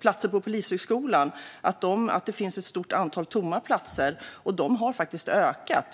platser på Polishögskolan, och detta antal har faktiskt ökat.